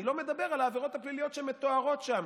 אני לא מדבר על העבירות הפליליות שמתוארות שם,